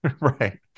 Right